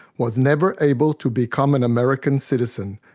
was never able to become an american citizen,